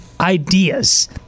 Ideas